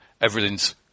Everything's